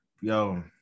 yo